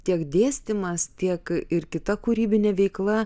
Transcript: tiek dėstymas tiek ir kita kūrybinė veikla